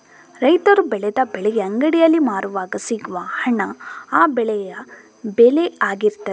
ರೈತರು ಬೆಳೆದ ಬೆಳೆಗೆ ಅಂಗಡಿಯಲ್ಲಿ ಮಾರುವಾಗ ಸಿಗುವ ಹಣ ಆ ಬೆಳೆಯ ಬೆಲೆ ಆಗಿರ್ತದೆ